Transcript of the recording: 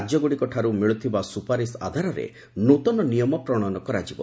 ରାଜ୍ୟଗୁଡ଼ିକଠାରୁ ମିଳୁଥିବା ସୁପାରିଶ ଆଧାରରେ ନୂତନ ନିୟମ ପ୍ରଶୟନ କରାଯିବ